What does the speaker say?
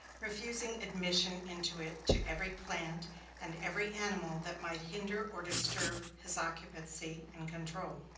refusing admission into it to every plant and every animal that might hinder or disturb his occupancy and control.